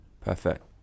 Perfect